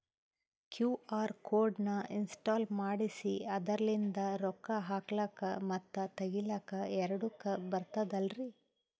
QR code ನ install ಮಾಡೆಸಿ ಅದರ್ಲಿಂದ ರೊಕ್ಕ ಹಾಕ್ಲಕ್ಕ ಮತ್ತ ತಗಿಲಕ ಎರಡುಕ್ಕು ಬರ್ತದಲ್ರಿ?